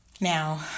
Now